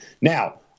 Now